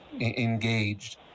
engaged